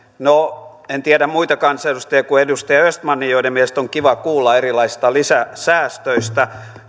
no en tiedä muita kansanedustajia kuin edustaja östmanin joiden mielestä on kiva kuulla erilaisista lisäsäästöistä